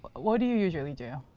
what do you usually do?